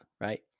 right